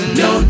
no